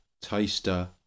Taster